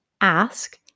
ask